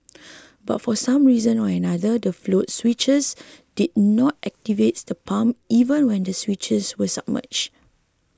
but for some reason or another the float switches did not activate the pumps even when the switches were submerged